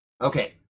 Okay